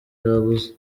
yabuze